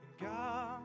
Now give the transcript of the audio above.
God